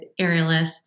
aerialists